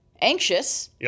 anxious